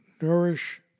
nourish